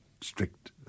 strict